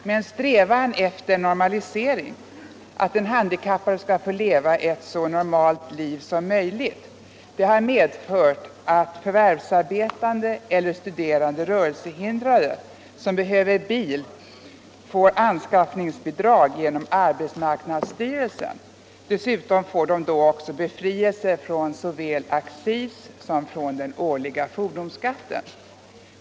Men strävan efter normalisering —- att den handikappade skall få leva ett så normalt liv som möjligt — har medfört att förvärvsarbetande eller studerande rörelsehindrade som behöver bil får anskaffningsbidrag genom arbetsmarknadsstyrelsen. De får då också befrielse från såväl accis som den årliga fordonsskatten.